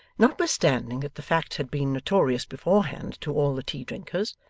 notwithstanding that the fact had been notorious beforehand to all the tea-drinkers,